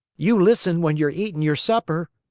you listen when you're eating your supper!